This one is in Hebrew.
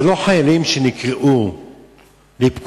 זה לא חיילים שנקראו לפקודה,